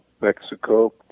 Mexico